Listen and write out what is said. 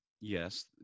yes